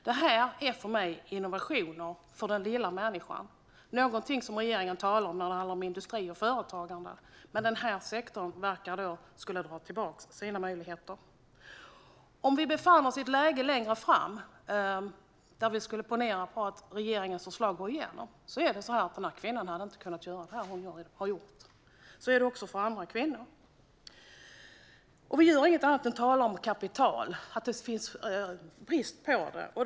Det här är för mig innovationer för den lilla människan. Det är något som regeringen talar om när det gäller industri och företagande. Men för den här sektorn verkar det som att möjligheterna ska dras tillbaka. Ponera att vi skulle befinna oss längre fram i tiden och att regeringens förslag skulle ha gått igenom; i så fall skulle den här kvinnan inte kunna göra det hon har gjort. Det gäller andra kvinnor också. Vi gör inget annat än att tala om att det är brist på kapital.